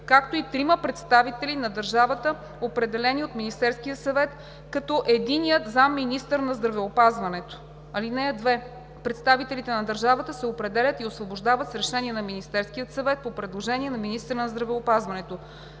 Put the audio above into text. както и трима представители на държавата, определени от Министерския съвет, като единият – заместник- министър на здравеопазването. (2) Представителите на държавата се определят и освобождават с решение на Министерския съвет по предложение на министъра на здравеопазването.